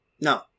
no